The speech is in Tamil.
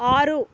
ஆறு